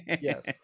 Yes